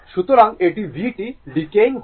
সুতরাং এটি vt decaying হবে